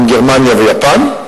עם גרמניה ויפן,